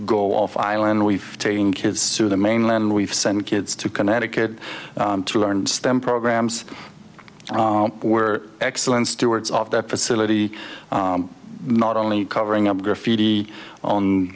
to the mainland we've sent kids to connecticut to learn stem programs were excellent stewards of that facility not only covering up graffiti on